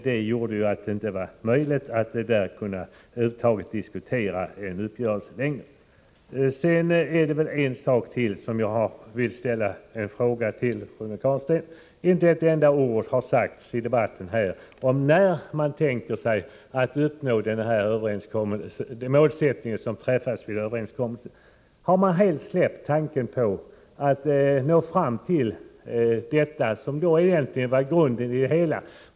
Detta medförde att det inte längre var möjligt att i detta sammanhang över huvud taget diskutera en uppgörelse. Jag vill ställa en fråga till Rune Carlstein. Inte ett enda ord har sagts i debatten om när man tänker sig att uppnå det mål som angavs i överenskommelsen. Har man helt släppt tanken på att nå fram till det som egentligen var grunden i hela uppgörelsen?